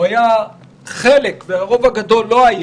או שהיה חלק והרוב הגדול לא,